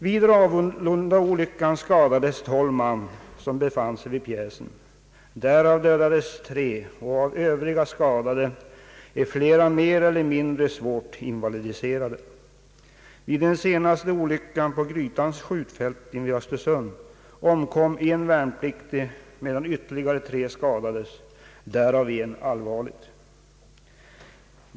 Vid Ravlundaolyckan drabbades 12 man, som befann sig vid pjäsen. Av dessa dödades tre och av övriga skadade är flera mer eller mindre svårt invalidiserade. Vid den senaste olyckan, på Grytans skjutfält invid Östersund, omkom en värnpliktig, medan ytterligare tre skadades, därav en all varligt.